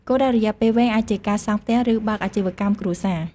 គោលដៅរយៈពេលវែងអាចជាការសង់ផ្ទះ ឬបើកអាជីវកម្មគ្រួសារ។